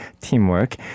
teamwork